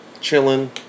chilling